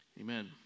Amen